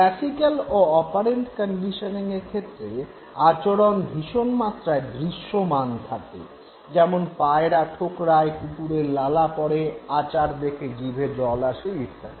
classical ও operant কন্ডিশনিঙের ক্ষেত্রে আচরণ ভীষণ মাত্রায় দৃশ্যমান থাকে যেমন পায়রা ঠোকরায় কুকুরের লালা পড়ে আচার দেখে জিভে জল আসে ইত্যাদি